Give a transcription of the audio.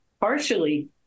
partially